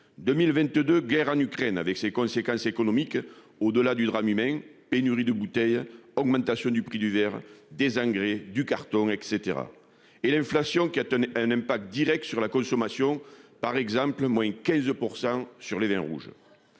2022. Guerre en Ukraine avec ses conséquences économiques, au-delà du drame humain, pénurie de bouteilles, augmentation du prix du verre, des engrais, du carton et cetera et l'inflation qui a elle n'aime pas directe sur la consommation par exemple, moins 15% sur les vins rouges.